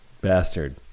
Bastard